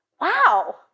wow